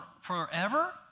forever